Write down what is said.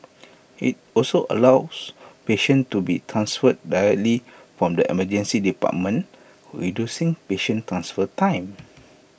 IT also allows patients to be transferred directly from the Emergency Department reducing patient transfer time